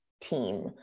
team